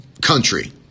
country